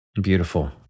Beautiful